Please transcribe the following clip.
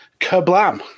kablam